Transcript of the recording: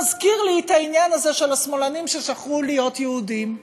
מזכיר לי את העניין הזה של השמאלנים ששכחו להיות יהודים,